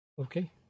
Okay